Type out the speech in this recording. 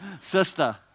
sister